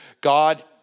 God